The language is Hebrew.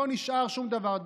לא נשאר שום דבר,